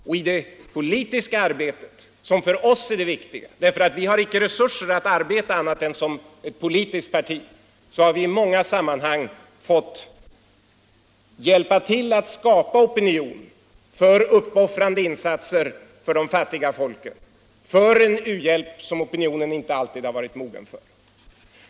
Och i det politiska arbetet, som för oss är det viktiga därför att vi inte har resurser att arbeta annat än som ett politiskt parti, har vi i många sammanhang fått hjälpa till att skapa opinion för uppoffrande insatser för de fattiga folken, för en u-hjälp som opinionen inte alltid har varit mogen för.